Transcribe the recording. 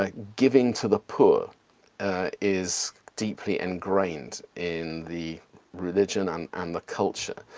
ah giving to the poor is deeply ingrained in the religion and and the culture.